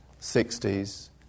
60s